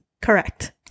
Correct